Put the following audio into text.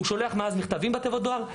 הוא שולח מאז מכתבים בתיבות הדואר,